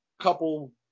couple